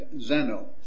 Zeno